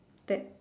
that